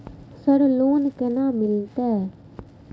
Sir loan केना मिलते?